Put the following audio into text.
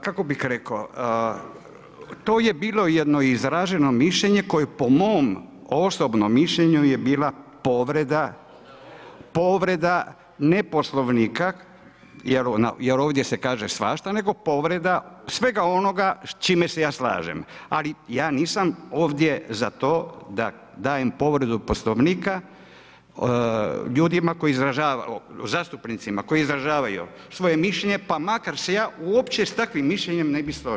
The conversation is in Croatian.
Kako bih rekao, to je bilo jedno izražene mišljenje koje po mom osobnom mišljenju je bila povreda ne Poslovnika jer ovdje se kaže svašta nego svega onoga s čime se ja slažem ali ja nisam ovdje za to da dajem povredu Poslovnika ljudima koji, zastupnicima koji izražavaju svoje mišljenje pa makar se ja uopće s takvim mišljenjem ne bih složio.